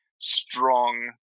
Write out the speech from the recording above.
strong